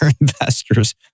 investors